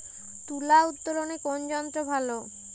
তুলা উত্তোলনে কোন যন্ত্র ভালো?